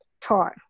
taught